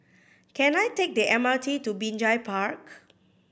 can I take the M R T to Binjai Park